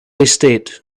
estate